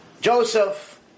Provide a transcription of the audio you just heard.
Joseph